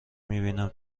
میبینم